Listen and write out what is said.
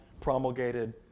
promulgated